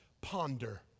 ponder